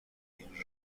این